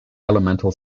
elemental